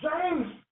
James